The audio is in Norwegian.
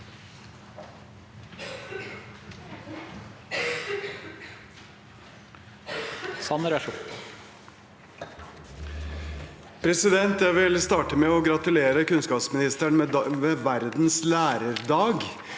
Jeg vil starte med å gratulere kunnskapsministeren med verdens lærerdag.